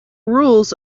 rules